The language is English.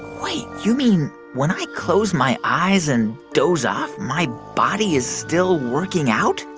wait. you mean when i close my eyes and doze off, my body is still working out?